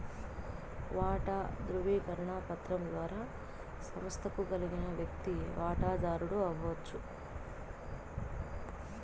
వాటా దృవీకరణ పత్రం ద్వారా సంస్తకు కలిగిన వ్యక్తి వాటదారుడు అవచ్చు